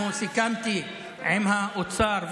סיכמתי עם האוצר,